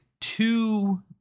two